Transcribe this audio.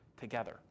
together